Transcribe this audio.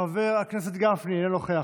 חברת הכנסת גמליאל, אינה נוכחת,